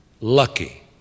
lucky